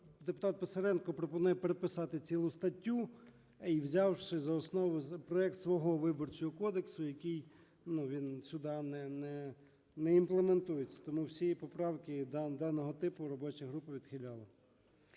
депутат Писаренко пропонує переписати цілу статтю, взявши за основу проект свого Виборчого кодексу, який він сюди не імплементується. Тому всі поправки даного типу робоча група відхиляла.